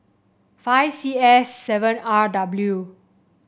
five C S seven R W